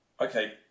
okay